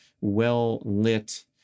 well-lit